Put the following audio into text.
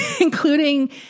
including